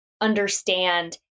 understand